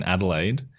Adelaide